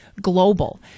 global